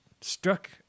struck